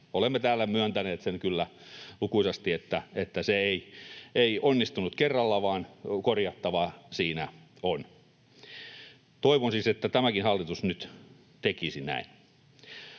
Olemme täällä myöntäneet sen kyllä lukuisasti, että se ei onnistunut kerralla vaan korjattavaa siinä on. Toivon siis, että tämäkin hallitus nyt tekisi näin.